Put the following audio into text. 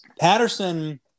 Patterson